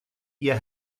ihr